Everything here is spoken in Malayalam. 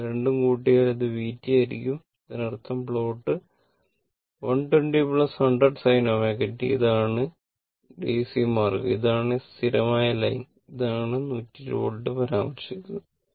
ഇവിടെയെ രണ്ടും കൂട്ടിയാൽ ഇത് vt ആയിരിക്കും ഇതിനർത്ഥം ഈ പ്ലോട്ട് 120 100 sin ω t ഇതാണ് ഇതാണ് ഡിസി മാർഗം ഇതാണ് സ്ഥിരമായ ലൈൻ ഇതാണ് 120 വോൾട്ട് പരാമർശിച്ചിരിക്കുന്നു